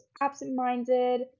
absent-minded